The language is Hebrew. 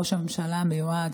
ראש הממשלה המיועד,